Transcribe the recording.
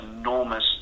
enormous